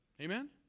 Amen